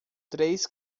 três